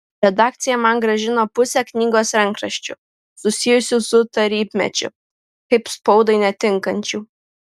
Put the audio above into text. redakcija man grąžino pusę knygos rankraščių susijusių su tarybmečiu kaip spaudai netinkančių